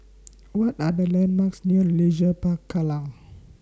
What Are The landmarks near Leisure Park Kallang